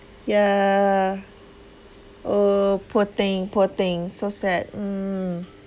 yeah oh poor thing poor thing so sad mm